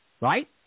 right